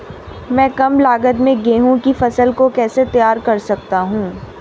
मैं कम लागत में गेहूँ की फसल को कैसे तैयार कर सकता हूँ?